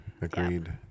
Agreed